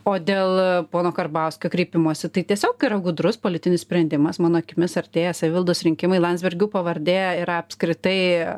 o dėl pono karbauskio kreipimosi tai tiesiog yra gudrus politinis sprendimas mano akimis artėja savivaldos rinkimai landsbergių pavardė yra apskritai